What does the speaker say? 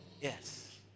yes